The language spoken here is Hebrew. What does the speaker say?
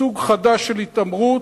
סוג חדש של התעמרות,